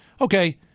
okay